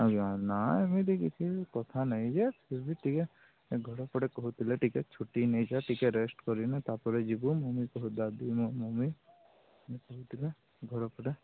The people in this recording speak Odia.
ଆଜ୍ଞା ନା ଏମିତି କିଛି କଥା ନାଇଁ ଯେ ଫିର୍ ଭି ଟିକେ ଘର କହୁଥିଲେ ଟିକେ ଛୁଟି ନେଇଯା ଟିକେ ରେଷ୍ଟ୍ କରିନେ ତାପରେ ଯିବୁ ମମି କହୁଛି ମୋ ମମି ଇଏ କହୁଥିଲା ଘର ପରା